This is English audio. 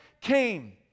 came